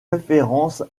référence